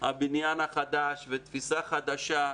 הבניין החדש ותפיסה חדשה.